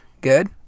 Good